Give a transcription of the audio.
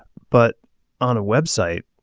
but on a web site